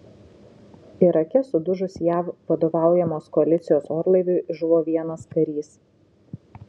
irake sudužus jav vadovaujamos koalicijos orlaiviui žuvo vienas karys